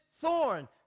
thorn